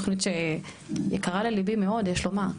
תוכנית שיקרה לליבי מאוד יש לומר,